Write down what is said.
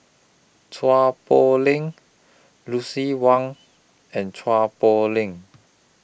Chua Poh Leng Lucien Wang and Chua Poh Leng